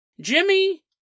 Jimmy